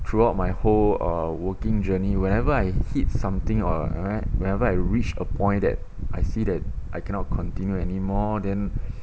throughout my whole uh working journey whenever I hit something or whenever I reached a point that I see that I cannot continue anymore then